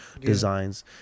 designs